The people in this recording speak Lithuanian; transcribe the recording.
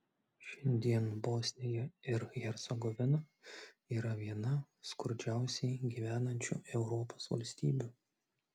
šiandien bosnija ir hercegovina yra viena skurdžiausiai gyvenančių europos valstybių